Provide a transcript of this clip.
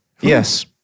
yes